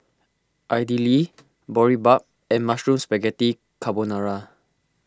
Idili Boribap and Mushroom Spaghetti Carbonara